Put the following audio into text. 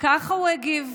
ככה הוא הגיב.